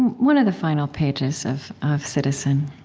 one of the final pages of of citizen